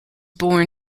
born